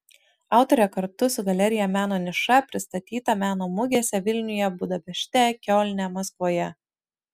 autorė kartu su galerija meno niša pristatyta meno mugėse vilniuje budapešte kiolne maskvoje